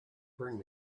bring